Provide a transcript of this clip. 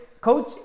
coach